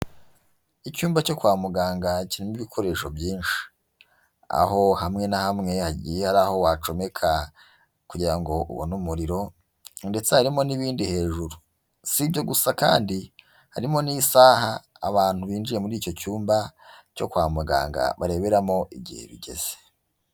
Icyumba cyo kwa muganga kirimo ibikoresho byinshi. Aho hamwe na hamwe hagiye hari aho wacomeka kugira ngo ubone umuriro, ndetse harimo n'ibindi hejuru. Si ibyo gusa kandi, harimo n'isaha abantu binjiye muri icyo cyumba cyo kwa muganga bareberamo igihe bigeze.